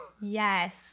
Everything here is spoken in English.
Yes